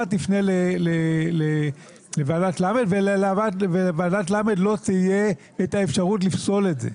תפנה לוועדת ל' ולוועדת לא תהיה אפשרות לפסול את זה,